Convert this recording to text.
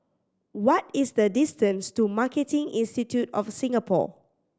what is the distance to Marketing Institute of Singapore